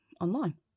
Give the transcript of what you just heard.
online